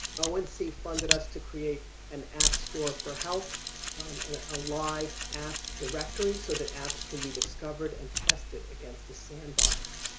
oh, and see funded us to create an app store for health um alive app directory so that apps can be discovered and tested against a sandbox.